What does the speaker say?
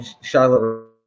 Charlotte